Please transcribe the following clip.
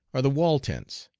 are the wall tents,